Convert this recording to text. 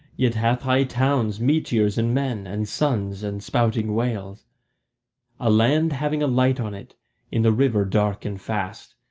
yet hath high towns, meteors, and men, and suns and spouting whales a land having a light on it in the river dark and fast,